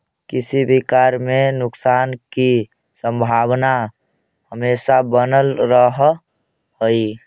किसी भी कार्य में नुकसान की संभावना हमेशा बनल रहअ हई